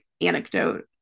anecdote